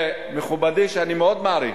שמכובדי, שאני מאוד מעריך,